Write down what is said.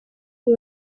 who